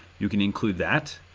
you can include that.